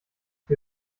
wir